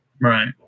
Right